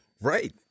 Right